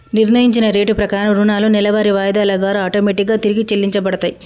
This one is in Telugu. నిర్ణయించిన రేటు ప్రకారం రుణాలు నెలవారీ వాయిదాల ద్వారా ఆటోమేటిక్ గా తిరిగి చెల్లించబడతయ్